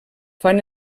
fan